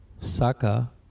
Saka